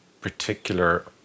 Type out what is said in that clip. particular